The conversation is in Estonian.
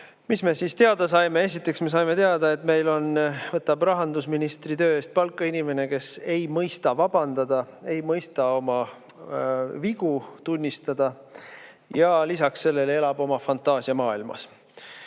Mis me siis teada saime? Esiteks me saime teada, et meil võtab rahandusministri töö eest palka inimene, kes ei mõista vabandada, ei mõista oma vigu tunnistada. Lisaks sellele elab ta oma fantaasiamaailmas,